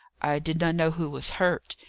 i did not know who was hurt.